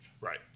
Right